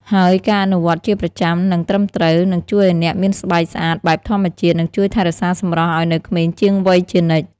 ហើយការអនុវត្តន៍ជាប្រចាំ និងត្រឹមត្រូវ នឹងជួយឱ្យអ្នកមានស្បែកស្អាតបែបធម្មជាតិ និងជួយថែរក្សាសម្រស់ឱ្យនៅក្មេងជាងវ័យជានិច្ច។